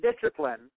discipline